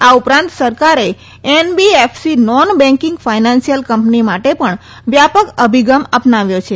આ ઉ રાંત સરકારે NBFC non banking financial company માટે ણ વ્યા ક અભિગમ અ નાવ્યો છે